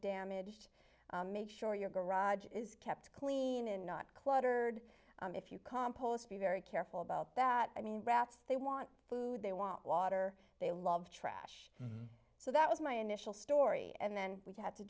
damaged make sure your garage is kept clean and not cluttered if you compost be very careful about that i mean rats they want food they want water they love trash so that was my initial story and then we had to